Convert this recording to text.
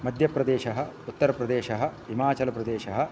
मध्यप्रदेशः उत्तरप्रदेशः हिमाचलप्रदेशः